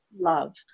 love